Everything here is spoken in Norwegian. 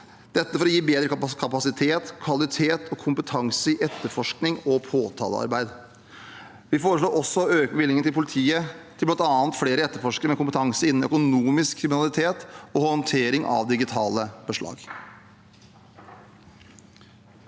vi for å gi bedre kapasitet, kvalitet og kompetanse i etterforskning og påtalearbeid. Vi foreslår også å øke bevilgningen til politiet til bl.a. flere etterforskere med kompetanse innen økonomisk kriminalitet og håndtering av digitale beslag.